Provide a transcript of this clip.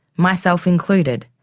myself included.